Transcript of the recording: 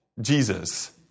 Jesus